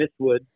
Misswood